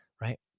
right